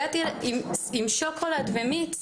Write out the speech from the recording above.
הגענו עם שוקולד ומיץ